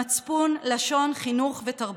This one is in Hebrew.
מצפון, לשון, חינוך ותרבות,